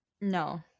no